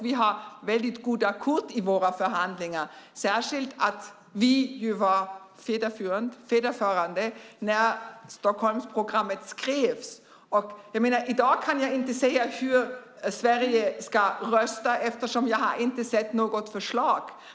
Vi har väldigt goda kort i våra förhandlingar, särskilt att vi ju var ordförande när Stockholmsprogrammet skrevs. I dag kan jag inte säga hur Sverige ska rösta eftersom jag inte har sett något förslag.